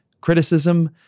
criticism